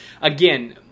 Again